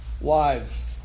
Wives